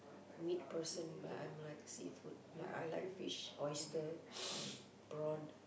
meat person but I'm like seafood like I like fish oyster prawn